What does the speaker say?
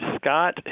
Scott